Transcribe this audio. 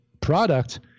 product